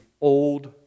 old